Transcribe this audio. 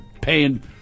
paying